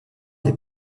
des